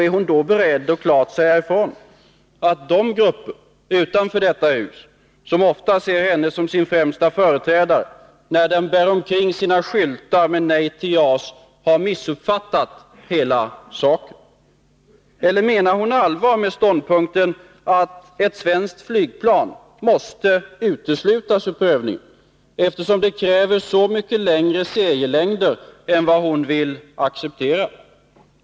Är hon beredd att klart säga ifrån att de grupper utanför detta hus som ofta ser henne som sin främsta företrädare när de bär omkring sina skyltar med ”Nej till JAS” har missuppfattat hela saken? Menar hon allvar med ståndpunkten att ett svenskt flygplan måste uteslutas ur prövningen eftersom det kräver så mycket längre serier än hon vill acceptera?